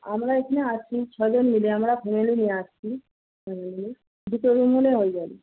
আমরা এখানে আছি ছজন মিলে আমরা ফ্যামেলি নিয়ে আসছি দুটো রুম হলে হয়ে যাবে